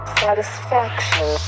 satisfaction